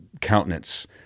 countenance